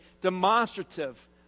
demonstrative